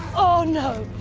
oh, no.